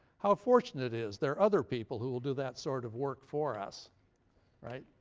how fortunate it is there are other people who will do that sort of work for us right?